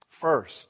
First